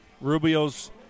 Rubio's